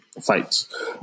fights